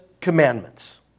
commandments